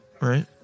Right